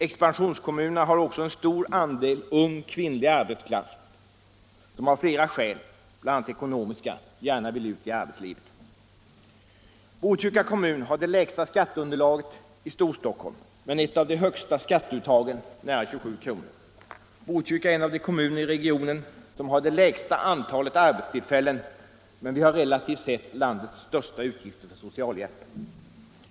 Expansionskommunerna har också en stor andel ung kvinnlig arbetskraft som av flera skäl, bl.a. ekonomiska, gärna vill ut i arbetslivet. Botkyrka kommun har det lägsta skatteunderlaget i Storstockholm, men ett av de högsta skatteuttagen, nära 27 kr. Botkyrka är en av de kommuner i regionen som har det lägsta antalet arbetstillfällen, men vi har relativt sett landets största utgifter för socialhjälp.